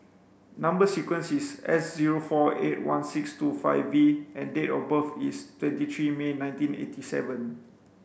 number sequence is S zero four eight one six two five V and date of birth is twenty three May nineteen eighty seven